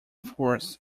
force